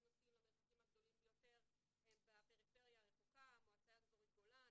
נוסעים למרחקים הגדולים ביותר הן בפריפריה הרחוקה: מועצה אזורית גולן,